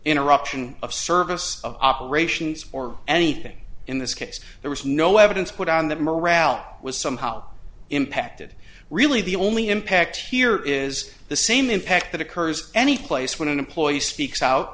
interruption of service of operations or anything in this case there was no evidence put on that morale was somehow impacted really the only impact here is the same impact that occurs any place when an employee speaks out